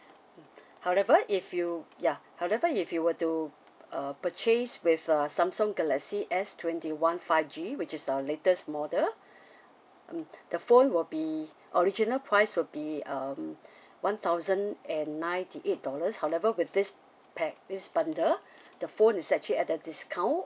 however if you ya however if you were to uh purchase with uh samsung galaxy S twenty one five G which is our latest model mm the phone would be original price would be um one thousand and ninety eight dollars however with this pac~ this bundle the phone is actually at the discount